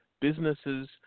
businesses